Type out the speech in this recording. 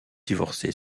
divorcé